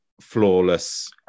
flawless